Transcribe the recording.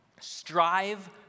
Strive